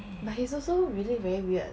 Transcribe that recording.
but he is also really very weird